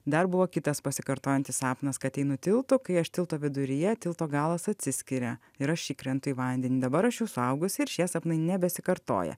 dar buvo kitas pasikartojantis sapnas kad einu tiltu kai aš tilto viduryje tilto galas atsiskiria ir aš įkrentu į vandenį dabar aš jau suaugusi ir šie sapnai nebesikartoja